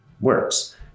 works